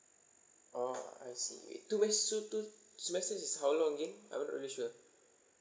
oh I see two mes~ two two semesters is how long again I'm not really sure